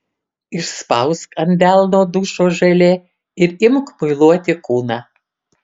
išspausk ant delno dušo želė ir imk muiluoti kūną